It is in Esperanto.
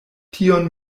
tion